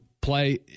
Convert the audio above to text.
play